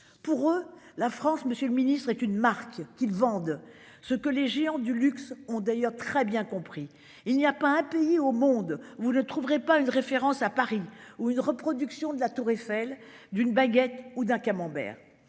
pour eux la France. Monsieur le ministre est une marque qu'ils vendent ce que les géants du luxe ont d'ailleurs très bien compris, il n'y a pas un pays au monde. Vous ne trouverez pas une référence à Paris ou une reproduction de la Tour Eiffel d'une baguette ou d'un camembert.